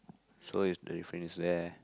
so is the different is there